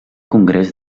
congrés